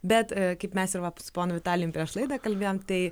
bet kaip mes ir va su ponu vitalijum prieš laidą kalbėjom tai